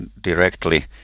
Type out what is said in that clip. directly